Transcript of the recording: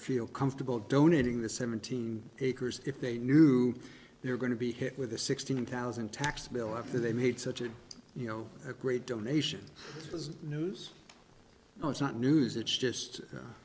feel comfortable donating the seventeen acres if they knew they were going to be hit with a sixteen thousand tax bill after they made such a you know a great donation was news oh it's not news it's just